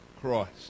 Christ